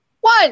one